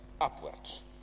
upwards